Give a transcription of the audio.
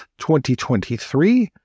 2023